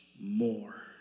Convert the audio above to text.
more